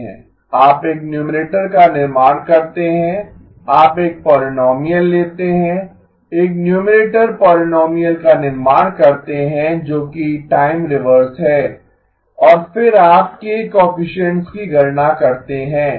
आप एक न्यूमरेटर का निर्माण करते हैं आप एक पोलीनोमीअल लेते हैं एक न्यूमरेटर पोलीनोमीअल का निर्माण करते हैं जो कि टाइम रिवर्स है और फिर आप k कोएफिसिएन्ट्स की गणना करते हैं